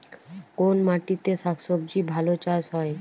কোন মাটিতে শাকসবজী ভালো চাষ হয়?